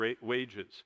wages